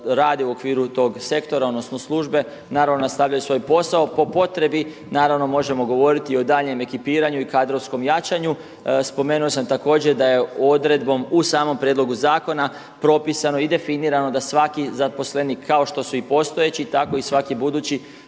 u okviru tog sektora, odnosno službe naravno nastavljaju svoj posao. Po potrebi naravno možemo govoriti i o daljnjem ekipiranju i kadrovskom jačanju. Spomenuo sam također da je odredbom u samom prijedlogu zakona propisano i definirano da svaki zaposlenik kao što su i postojeći, tako i svaki budući